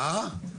מה?